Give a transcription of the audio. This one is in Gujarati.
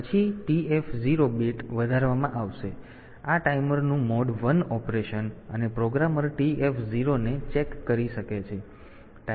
જેથી આ ટાઈમરનું મોડ 1 ઓપરેશન અને પ્રોગ્રામર TF0 ને ચેક કરી શકે છે અને ટાઈમર 0 ને રોકી શકે છે